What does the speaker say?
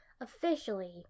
Officially